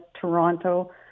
Toronto